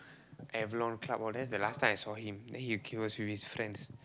Avalon club all that that's the last time I saw him then he queue he was with his friends